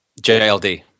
JLD